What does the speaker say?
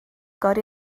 agor